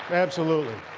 absolutely.